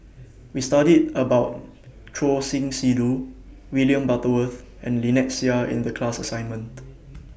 We studied about Choor Singh Sidhu William Butterworth and Lynnette Seah in The class assignment